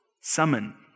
Summon